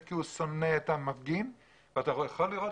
כי הוא שונא את המפגין ואתה יכול לראות